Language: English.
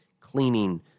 cleaning